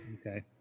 Okay